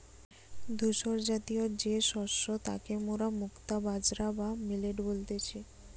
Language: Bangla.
ধূসরজাতীয় যে শস্য তাকে মোরা মুক্তা বাজরা বা মিলেট বলতেছি